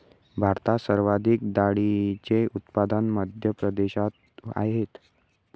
भारतात सर्वाधिक डाळींचे उत्पादन मध्य प्रदेशात आहेत